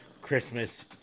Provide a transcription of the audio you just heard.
Christmas